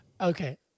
Okay